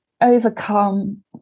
overcome